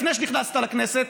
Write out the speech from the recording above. לפני שנכנסת לכנסת,